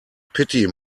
pity